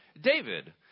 David